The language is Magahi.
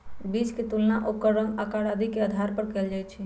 बीज के तुलना ओकर रंग, आकार आदि के आधार पर कएल जाई छई